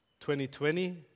2020